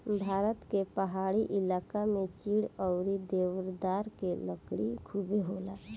भारत के पहाड़ी इलाका में चीड़ अउरी देवदार के लकड़ी खुबे होला